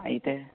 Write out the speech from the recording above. అయితే